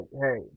hey